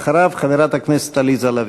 אחריו, חברת הכנסת עליזה לביא.